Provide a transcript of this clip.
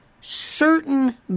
certain